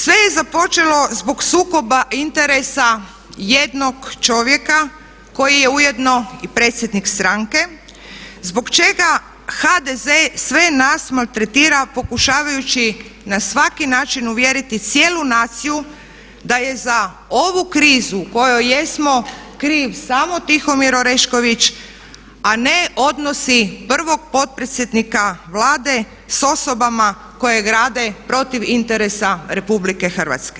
Sve je započelo zbog sukoba interesa jednog čovjeka koji je ujedno i predsjednik stranke zbog čega HDZ sve nas maltretira pokušavajući na svaki način uvjeriti cijelu naciju da je za ovu krizu u kojoj jesmo kriv samo Tihomir Orešković a ne odnosi prvog potpredsjednika Vlade sa osobama koje rade protiv interesa Republike Hrvatske.